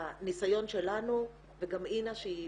הניסיון שלנו, וגם אינה שהיא